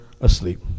asleep